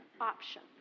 option